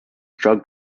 drug